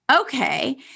okay